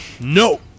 No